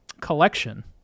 collection